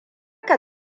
ka